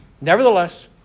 Nevertheless